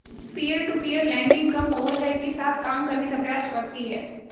peer to peer lending कम overhead के साथ काम करने का प्रयास करती हैं